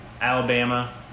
Alabama